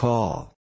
Call